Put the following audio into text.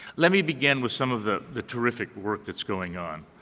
let me begin with some of the the terrific work that's going on.